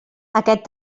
aquest